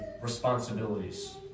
responsibilities